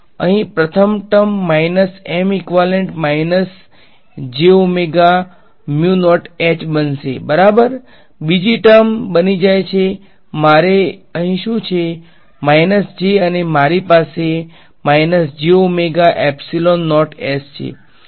તેથી અહીં પ્રથમ term minus M equivalent minus J omega mu naught H બનશે બરાબર બીજી ટર્મ બની જાય છે કે મારે અહીં શું છે માઇનસ J અને મારી પાસે minus J omega epsilon naught s છે